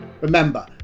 Remember